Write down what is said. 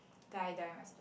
die die must do